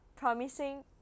Promising